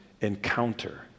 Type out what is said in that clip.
encounter